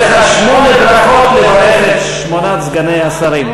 יש לך שמונה דקות לברך את שמונת סגני השרים.